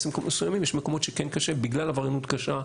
למקומות מסוימים יש מקומות שכן קשה בגלל עבריינות קשה,